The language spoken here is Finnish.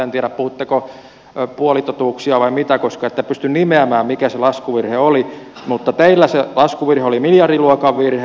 en tiedä puhuitteko puolitotuuksia vai mitä koska ette pysty nimeämään mikä se laskuvirhe oli mutta teillä se laskuvirhe oli miljardiluokan virhe